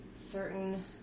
certain